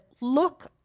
Look